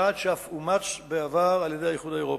יעד שאף אומץ בעבר על-ידי האיחוד האירופי,